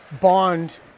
bond